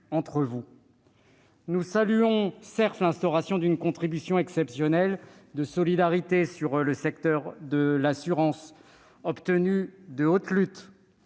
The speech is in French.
Nous saluons, certes, l'instauration d'une contribution exceptionnelle de solidarité sur le secteur de l'assurance, obtenue de haute lutte,